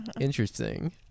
Interesting